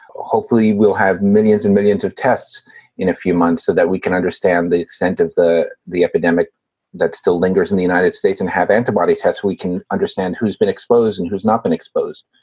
hopefully we'll have millions and millions of tests in a few months so that we can understand the extent of the the epidemic that still lingers in the united states and have antibody tests. we can understand who's been exposed and who's not been exposed.